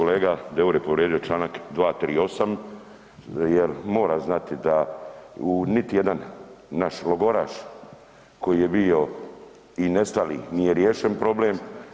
Kolega Deur je povrijedio Članak 238. jer mora znati da niti jedan naš logoraš koji je b30o i nestali nije riješen problem.